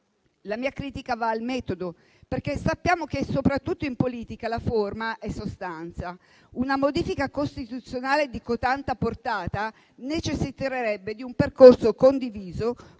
la mia critica va al metodo, perché sappiamo che soprattutto in politica la forma è sostanza. Una modifica costituzionale di cotanta portata necessiterebbe di un percorso condiviso